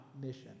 mission